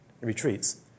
retreats